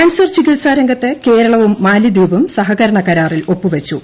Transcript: cancer ചികിത്സാ രംഗത്ത് കേരളവും മാലിദ്വീപും സഹകരണ കരാറിൽ ഒപ്പുവച്ചു